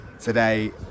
today